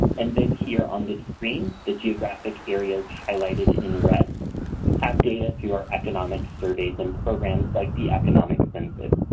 and then here on the screen, the geographic area is highlighted in red have data through our economic surveys and programs like the economic census.